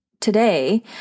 today